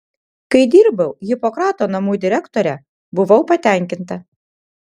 kai dirbau hipokrato namų direktore buvau patenkinta